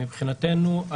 מבחינתנו,